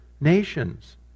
nations